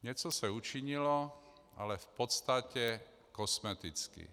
Něco se učinilo, ale v podstatě kosmeticky.